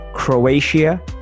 Croatia